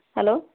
hello